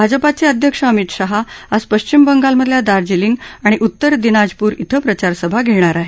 भाजपाचे अध्यक्ष अमित शहा आज पश्चिम बंगालमधल्या दार्जिलिंग आणि उत्तर दिनाजपूर इथं प्रचारसभा घेणार आहेत